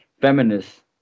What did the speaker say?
feminist